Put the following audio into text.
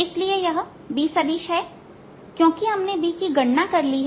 इसलिए यह B सदिश है क्योंकि हमने B की गणना कर ली है